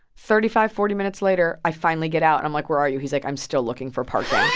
thirty-five, forty minutes later, i finally get out and i'm like, where are you? he's like, i'm still looking for parking.